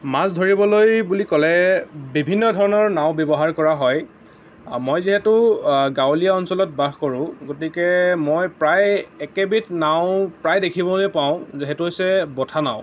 মাছ ধৰিবলৈ বুলি ক'লে বিভিন্ন ধৰণৰ নাও ব্য়ৱহাৰ কৰা হয় মই যিহেতু গাঁৱলীয়া অঞ্চলত বাস কৰোঁ গতিকে মই প্ৰায় একেবিধ নাও প্ৰায় দেখিবলৈ পাওঁ সেইটো হৈছে বঠা নাও